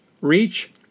reach